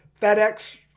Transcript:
FedEx